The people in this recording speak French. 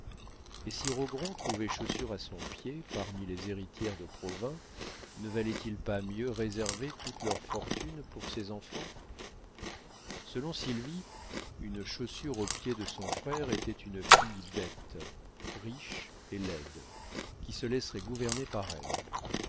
et si rogron trouvait chaussure à son pied parmi les héritières de provins ne valait-il pas mieux réserver toute leur fortune pour ses enfants selon sylvie une chaussure au pied de son frère était une fille bête riche et laide qui se laisserait gouverner par elle